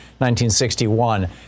1961